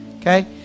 okay